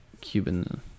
cuban